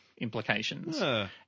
implications